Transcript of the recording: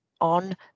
on